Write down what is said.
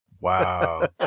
Wow